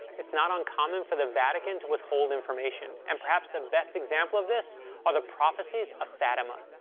it's not uncommon for the vatican to withhold information, and perhaps the best example of this are the prophecies of fatima.